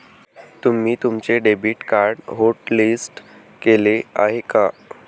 तुम्ही तुमचे debit card hotlist केले आहे का?